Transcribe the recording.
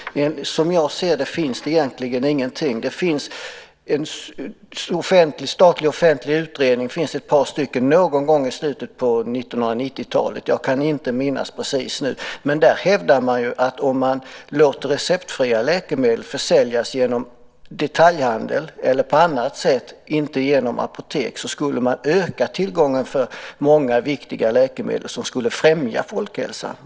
Som jag ser det finns det egentligen ingenting. Det finns en statlig offentlig utredning. Det finns ett par stycken från någon gång i slutet av 1990-talet. Jag kan inte minnas precis nu. Där hävdas ju att om man låter receptfria läkemedel försäljas genom detaljhandel eller på annat sätt, inte genom apotek, skulle man öka tillgången till många viktiga läkemedel som skulle främja folkhälsan.